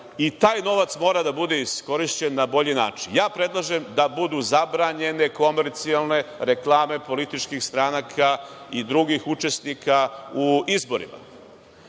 i taj novac mora da bude iskorišćen na bolji način. Ja predlažem da budu zabranjene komercijalne reklame političkih stranaka i drugih učesnika u izborima.